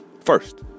First